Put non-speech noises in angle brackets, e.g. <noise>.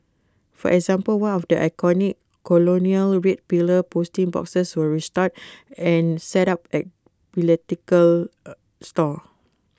for example one of the iconic colonial red pillar posting boxes was restored and set up at philatelic <hesitation> store